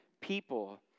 people